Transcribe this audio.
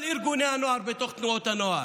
כל ארגוני הנוער בתוך תנועות הנוער,